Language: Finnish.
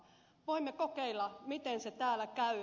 voimme kokeilla miten se täällä käy